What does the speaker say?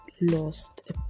lost